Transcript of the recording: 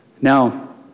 Now